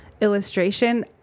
illustration